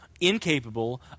incapable